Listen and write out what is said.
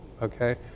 Okay